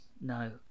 no